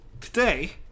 Today